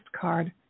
card